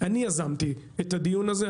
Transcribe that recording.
אני יזמתי את הדיון הזה.